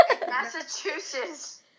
Massachusetts